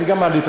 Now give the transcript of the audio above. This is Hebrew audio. אני גם מעלה,